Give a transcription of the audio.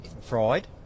fried